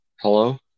Hello